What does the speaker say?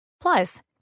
Plus